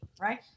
right